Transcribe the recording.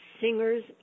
Singers